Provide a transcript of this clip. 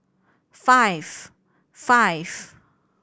five five